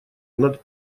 над